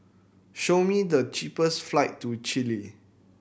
show me the cheapest flights to Chile